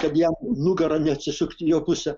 kad jam nugara neatsisukti į jo pusę